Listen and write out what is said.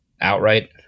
outright